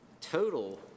Total